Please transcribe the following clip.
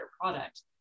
product